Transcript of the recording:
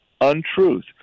untruth